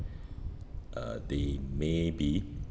uh they may be